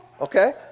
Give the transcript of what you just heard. Okay